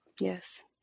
Yes